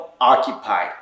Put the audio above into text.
occupied